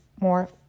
more